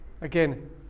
again